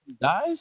dies